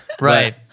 Right